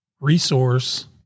resource